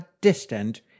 distant